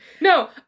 no